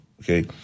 okay